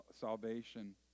salvation